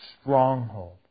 stronghold